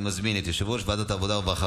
אני מזמין את יושב-ראש ועדת העבודה והרווחה,